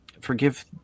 forgive